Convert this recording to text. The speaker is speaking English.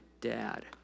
dad